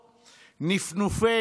נפנופי אקדח,